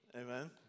Amen